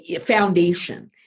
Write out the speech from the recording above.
foundation